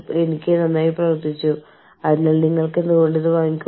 ഇപ്പോൾ നിങ്ങളുടെ വ്യക്തിപരമായ ജീവിതത്തിൽ നിങ്ങൾ മറ്റൊരു ഘട്ടത്തിലായിരിക്കാം